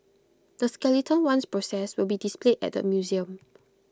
the skeleton once processed will be displayed at the museum